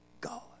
God